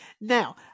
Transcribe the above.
now